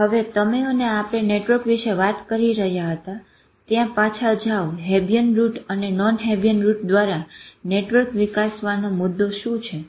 હવે તમે આપણે નેટવર્ક વિશે વાત કરી રહ્યા હતા ત્યાં પાછા જાઓ હેબિયન રૂટ અને નોન હેબિયન રૂટ દ્વારા નેટવર્ક વિકસવાનો મુદો શું છે